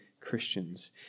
Christians